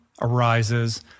arises